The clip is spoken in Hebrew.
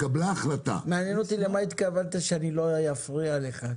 מעניין אותי למה התכוונת שאני לא אפריע לך.